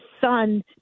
son